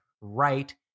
right